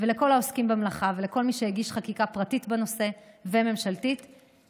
ולכל העוסקים במלאכה ולכל מי שהגיש חקיקה פרטית וממשלתית בנושא.